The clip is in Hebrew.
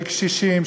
של קשישים,